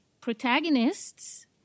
protagonists